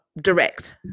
Direct